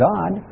God